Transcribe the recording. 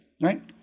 right